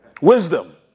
Wisdom